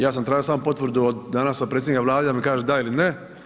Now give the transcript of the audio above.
Ja sam tražio samo potvrdu od danas od predsjednika Vlade da mi kaže da ili ne.